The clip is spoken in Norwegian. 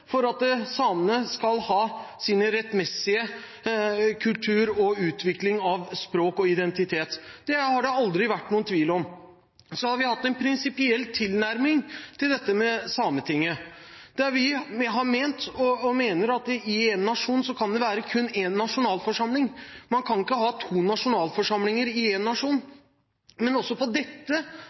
for at samene skal ha sin rettmessige kultur og en utvikling av språk og identitet. Det har det aldri vært noen tvil om. Vi har hatt en prinsipiell tilnærming til dette med Sametinget. Vi har ment og mener at det i én nasjon kun kan være én nasjonalforsamling. Man kan ikke ha to nasjonalforsamlinger i én nasjon. Men også dette